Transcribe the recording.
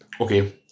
okay